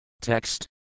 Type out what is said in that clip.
TEXT